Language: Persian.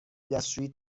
دستشویی